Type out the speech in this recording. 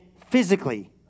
physically